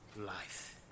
life